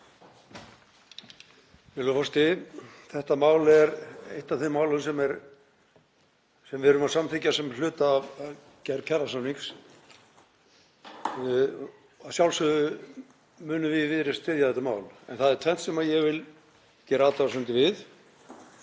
Virðulegur forseti. Þetta mál er eitt af þeim málum sem við erum að samþykkja sem hluta af gerð kjarasamnings. Að sjálfsögðu munum við í Viðreisn styðja þetta mál. En það er tvennt sem ég vil gera athugasemdir við.